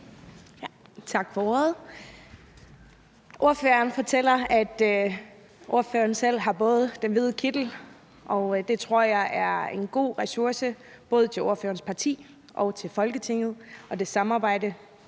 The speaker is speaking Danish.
Tak for ordet. Ordføreren fortæller, at ordføreren selv har båret den hvide kittel, og det tror jeg er en god ressource både for ordførerens parti og for Folketinget og for det samarbejde,